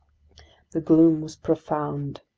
the gloom was profound.